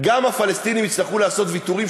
גם הפלסטינים יצטרכו לעשות ויתורים,